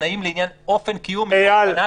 תנאים לעניין אופן קיום הפגנה --- אייל,